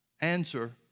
answer